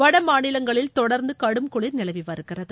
வடமாநிலங்களில் தொடர்ந்து கடும் குளிர் நிலவி வருகிறது